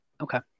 Okay